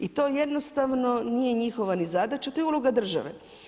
I to jednostavno nije njihova ni zadaća, to je uloga države.